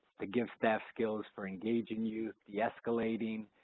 to give staff skills for engaging youth, deescalating,